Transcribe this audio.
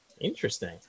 Interesting